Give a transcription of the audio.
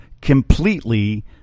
completely